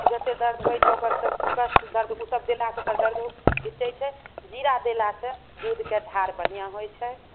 जतेक दर्द होइत छै ओकर सब कष्ट दर्द ओ सब देलासँ दर्दो घीचैत छै जीरा देला से दूधके धार बढ़िआँ होयत छै